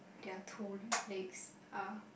their two legs are